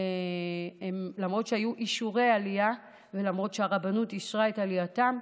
למרות שהיו אישורי עלייה ולמרות שהרבנות אישרה את עלייתם,